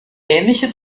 ähnliche